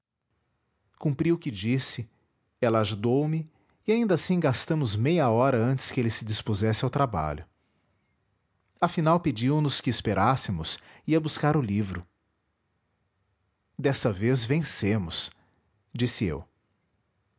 o que disse ela ajudou me e ainda assim gastamos meia hora antes que ele se dispusesse ao trabalho afinal pediu nos que esperássemos ia buscar o livro desta vez vencemos disse eu